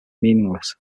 meaningless